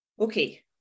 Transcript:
okay